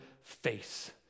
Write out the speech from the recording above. face